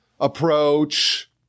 approach